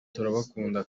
turabakunda